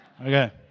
Okay